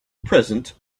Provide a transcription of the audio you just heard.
present